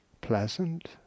pleasant